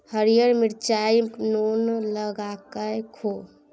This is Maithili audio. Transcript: हरियर मिरचाई नोन लगाकए खो